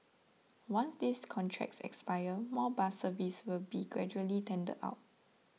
once these contracts expire more bus services will be gradually tendered out